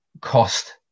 cost